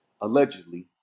allegedly